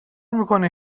میکنی